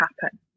happen